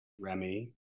Remy